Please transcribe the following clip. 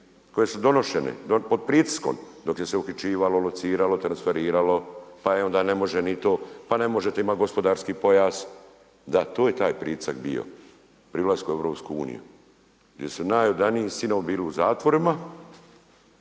koje su donošene pod pritiskom dok je se uhićivalo, lociralo, transferiralo pa e onda ne može ni to, pa ne možete imati gospodarski pojas, da to je taj pritisak bio pri ulasku u EU gdje su najodaniji sinovi bili u zatvorima,